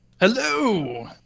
Hello